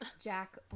jack